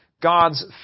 God's